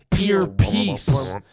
earpiece